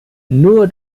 nur